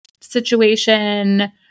situation